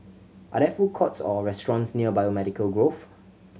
are there food courts or restaurants near Biomedical Grove